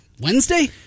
Wednesday